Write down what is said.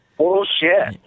bullshit